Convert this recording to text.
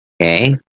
Okay